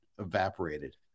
evaporated